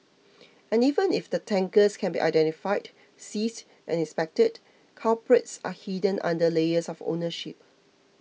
and even if the tankers can be identified seized and inspected culprits are hidden under layers of ownership